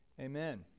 Amen